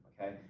Okay